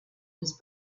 his